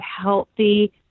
healthy